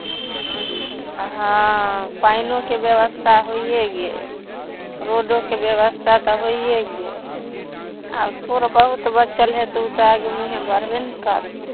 हँ पैनोके व्यवस्था होइए गेल रोडोके व्यवस्था तऽ होइए गेल आब कोन बहुत बच्चल हए तऽ उ तऽ आगे मुँहे बढ़बे ने करतै